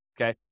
Okay